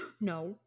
No